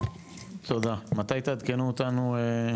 מתי תעדכנו אותנו?